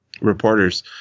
reporters